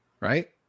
Right